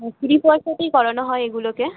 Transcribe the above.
হ্যাঁ ফ্রি পয়সাতেই করানো হয় এগুলোকে